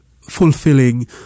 fulfilling